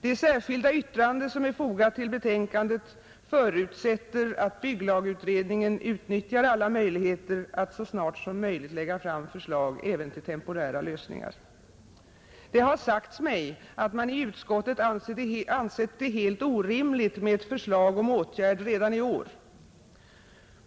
Det särskilda yttrande som är fogat till betänkandet förutsätter att bygglagutredningen utnyttjar alla möjligheter att så snart som möjligt lägga fram förslag även till temporära lösningar. Det har sagts mig att man i utskottet ansett det helt orimligt med ett förslag om åtgärd redan i år.